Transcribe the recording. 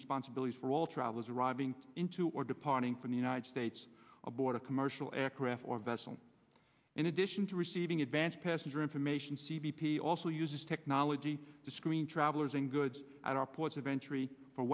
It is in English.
responsibilities for all travelers arriving into or departing from the united states aboard a commercial aircraft or vessel in addition to receiving advanced passenger information c b p also uses technology to screen travelers and goods at our ports of entry for